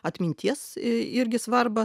atminties irgi svarbą